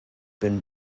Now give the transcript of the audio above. been